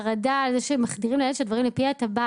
בחרדה על זה שמחדירים לילד שלה דברים לפי הטבעת,